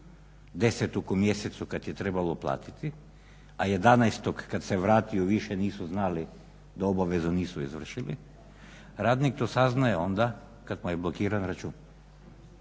10-og u mjesecu kad je trebalo platiti, a 11-og kad se vratio više nisu znali da obavezu nisu izvršili radnik to saznaje onda kad mu je blokiran račun.